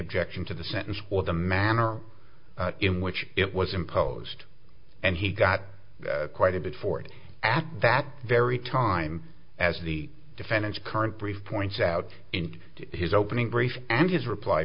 objection to the sentence or the manner in which it was imposed and he got quite a bit for it at that very time as the defendant's current brief points out in his opening brief and his reply